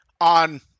on